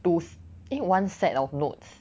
two eh one set of notes